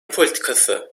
politikası